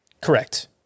Correct